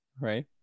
right